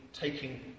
taking